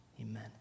Amen